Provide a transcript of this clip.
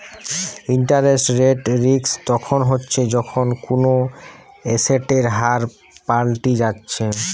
interest rate risk তখন হচ্ছে যখন কুনো এসেটের হার পাল্টি যাচ্ছে